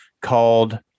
called